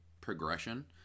progression